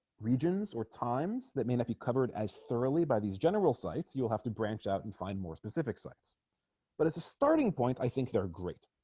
regions or times that may not be covered as thoroughly by these general sites you'll have to branch out and find more specific sites but it's a starting point i think they're great